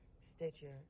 Stitcher